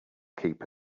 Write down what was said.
keep